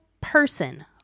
person